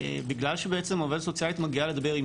בגלל שהעובדת סוציאלית מגיעה לדבר עם